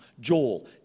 Joel